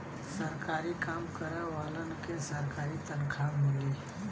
सरकारी काम करे वालन के सरकारी तनखा मिली